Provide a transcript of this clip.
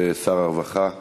שר הרווחה ישיב.